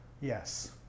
Yes